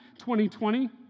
2020